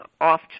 off